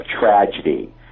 tragedy